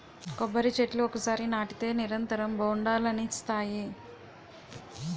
కొబ్బరి చెట్లు ఒకసారి నాటితే నిరంతరం బొండాలనిస్తాయి